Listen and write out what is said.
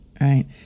right